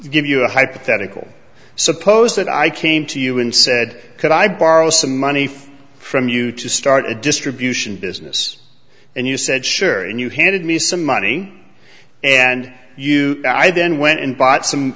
give you a hypothetical suppose that i came to you and said could i borrow some money from you to start a distribution business and you said sure and you handed me some money and you i then went and bought some